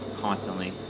constantly